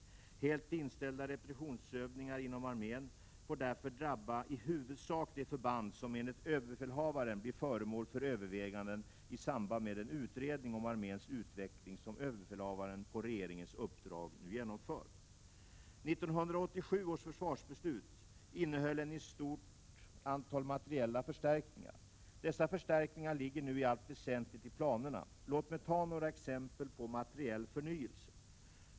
Helt inställda repetitionsövningar inom armén får därför drabba i huvudsak de förband som enligt överbefälhavaren blir föremål för överväganden i samband med den utredning om arméns utveckling som överbefälhavaren, på regeringens uppdrag, nu genomför. 1987 års försvarsbeslut innehöll ett stort antal materiella förstärkningar. Dessa förstärkningar ligger nu i allt väsentligt i planerna. Låt mig ta några exempel på materiell förnyelse.